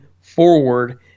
forward